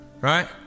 Right